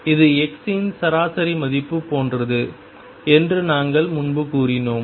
இது x இன் சராசரி மதிப்பு போன்றது என்று நாங்கள் முன்பு கூறினோம்